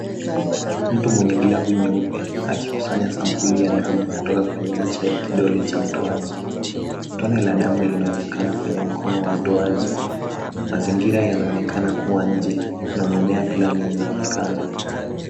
Mtu mwenye glavu nyeupe akikusanya sampuli ya damu kutoka kwenye ncha ya kidole cha mtoaji. Tone la damu linaonekana kwenye mkono wa mtoaji. Mazingira yanaonekana kuwa nje na mimea fulani inaonekana.